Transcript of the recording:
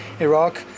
Iraq